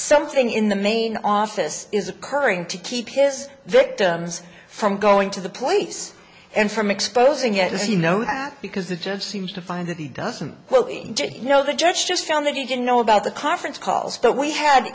something in the main office is occurring to keep his victims from going to the police and from exposing it as you know that because it just seems to find that he doesn't you know the judge just found that he didn't know about the conference calls that we had